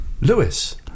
Lewis